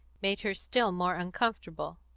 made her still more uncomfortable.